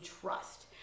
trust